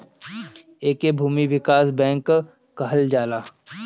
एके भूमि विकास बैंक कहल जाला